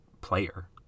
player